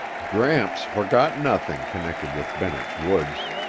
gramps forgot nothing connected with bennett's woods.